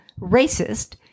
racist